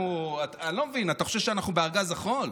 אני לא מבין, אתה חושב שאנחנו בארגז החול?